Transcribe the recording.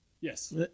Yes